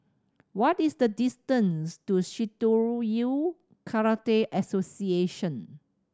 what is the distance to Shitoryu Karate Association